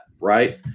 right